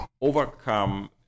overcome